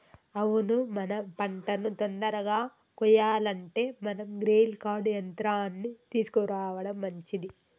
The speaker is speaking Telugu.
అవును మన పంటను తొందరగా కొయ్యాలంటే మనం గ్రెయిల్ కర్ట్ యంత్రాన్ని తీసుకురావడం మంచిది